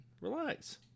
Relax